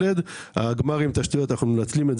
אנחנו יכולים,